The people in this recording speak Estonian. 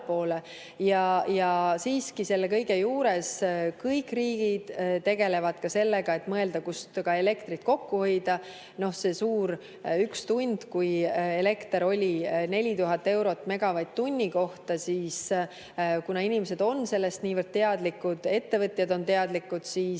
ja siiski selle kõige juures kõik riigid tegelevad sellega, et mõelda, kust ka elektrit kokku hoida. See suur üks tund, kui elekter oli 4000 eurot megavatt-tunni kohta, siis kuna inimesed on sellest niivõrd teadlikud, ettevõtjad on teadlikud, siis